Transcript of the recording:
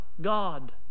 God